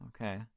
okay